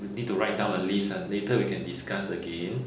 you need to write down a list ah later we can discuss again